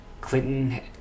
clinton